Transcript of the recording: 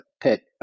pit